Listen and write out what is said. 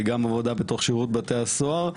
גם עבודה בתוך שירות בתי הסוהר.